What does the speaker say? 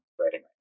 writing